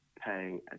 paying